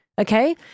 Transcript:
Okay